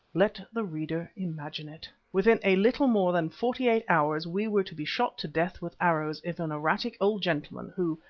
let the reader imagine it. within a little more than forty-eight hours we were to be shot to death with arrows if an erratic old gentleman who,